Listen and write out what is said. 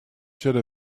should